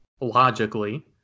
logically